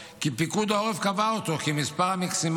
כי פיקוד העורף קבע אותו כמספר המקסימלי